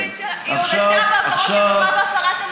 ודוד, היא הודתה בעבירות שמדובר בהפרת אמונים.